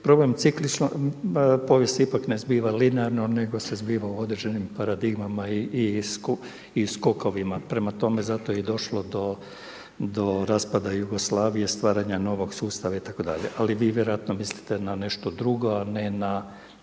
problem cikličnog, povijest se ipak ne zbiva linearno nego se zbiva u određenim paradigmama i skokovima. Prema tome, zato je i došlo do raspada Jugoslavije, stvaranja novog sustava itd. Ali vjerojatno mislite na nešto drugo, a ne na